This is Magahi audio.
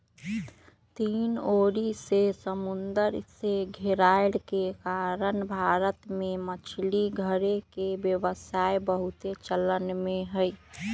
तीन ओरी से समुन्दर से घेरायल के कारण भारत में मछरी धरे के व्यवसाय बहुते चलन में हइ